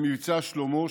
במבצע שלמה,